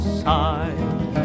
side